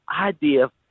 idea